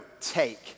take